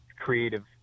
creative